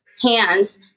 hands